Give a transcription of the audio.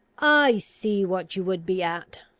i see what you would be at.